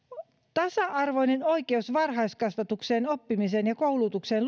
tasa arvoinen oikeus varhaiskasvatukseen oppimiseen ja koulutukseen